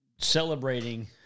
Celebrating